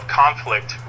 conflict